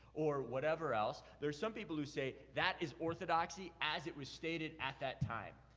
or whatever else. there are some people who say, that is orthodoxy as it was stated at that time.